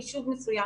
יישוב מסוים